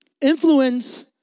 Influence